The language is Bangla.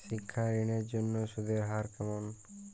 শিক্ষা ঋণ এর জন্য সুদের হার কেমন?